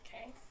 Okay